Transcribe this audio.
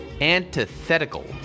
antithetical